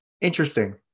Interesting